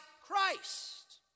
Christ